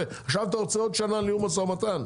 אבל עכשיו אתה רוצה עוד שנה לניהול משא ומתן,